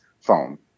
phone